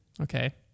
Okay